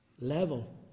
level